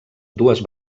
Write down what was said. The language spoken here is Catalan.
dues